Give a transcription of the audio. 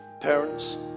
parents